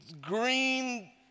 green